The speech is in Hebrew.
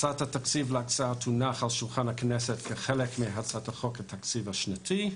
הצעת התקציב תונח על שולחן הכנסת כחלק מהצעת החוק לתקציב השנתי.